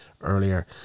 earlier